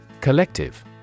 Collective